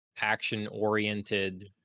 action-oriented